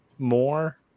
more